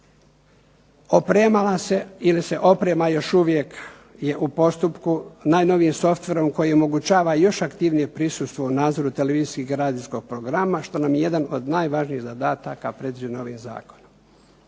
opremala se ili se oprema još uvijek je u postupku, najnovijim softverom koji omogućava još aktivnije prisustvo u nadzoru televizijskog i radijskog programa koji nam je jedan od najvažnijih zadataka predviđen novim Zakonom.